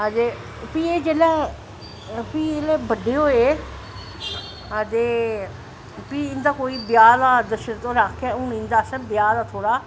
फ्ही एह् जिसलै बड्डे होए ते फ्ही इंदे ब्याह् दा दशरथ होरैं आक्खेआ इंदे ब्याह् दा थोह्ड़ा